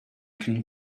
can